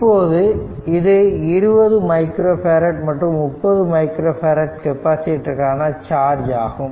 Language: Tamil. இப்போது இது 20 மைக்ரோ பேரட் மற்றும் 30 மைக்ரோ பேரட் கெப்பாசிட்டருக்கான சார்ஜ் ஆகும்